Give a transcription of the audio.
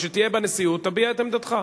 כשתהיה בנשיאות תביע את עמדתך.